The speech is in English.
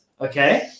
okay